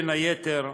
בין היתר: